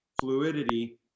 fluidity